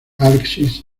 alexis